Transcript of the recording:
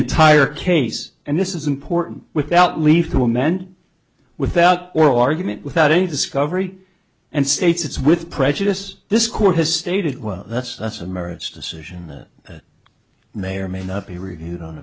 entire case and this is important without leave to amend without oral argument without any discovery and states it's with prejudice this court has stated well that's that's a merits decision that may or may not be reviewed on